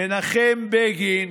מנחם בגין,